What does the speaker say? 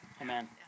Amen